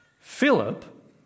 Philip